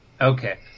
Okay